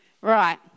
Right